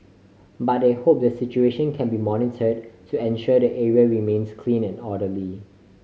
but they hope the situation can be monitored to ensure the area remains clean and orderly